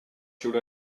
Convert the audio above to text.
should